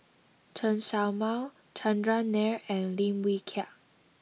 Chen Show Mao Chandran Nair and Lim Wee Kiak